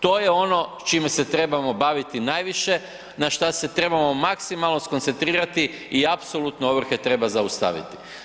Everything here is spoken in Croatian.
To je ono čime se trebamo baviti najviše, na šta se trebamo maksimalno skoncentrirati i apsolutno ovrhe treba zaustaviti.